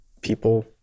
people